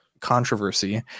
controversy